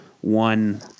one